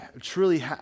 truly